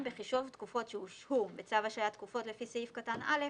(2) בחישוב תקופות שהושהו בצו השהיית תקופות לפי סעיף קטן (א)